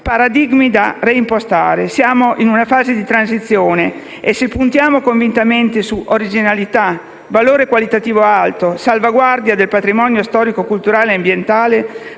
paradigmi da reimpostare. Siamo in una fase di transizione e, se punteremo convintamente su originalità, valore qualitativo alto, salvaguardia del patrimonio storico-culturale e ambientale,